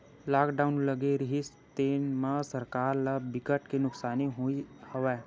lockdown लगे रिहिस तेन म सरकार ल बिकट के नुकसानी होइस हवय